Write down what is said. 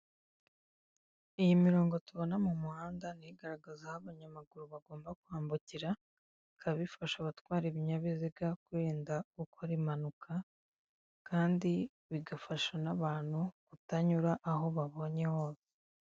Iyi mirongo tubona mu muhanda niyigaragaze aho abanyamaguru bagomba kwambukira bikaba bifasha abatwara ibinyabiziga kwirinda gukora impanuka, kandi bigafasha n'abantu kutanyura aho babonye hose.